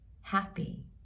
happy